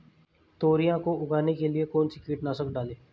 तोरियां को उगाने के लिये कौन सी कीटनाशक डालें?